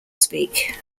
speak